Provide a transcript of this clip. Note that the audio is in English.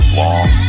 long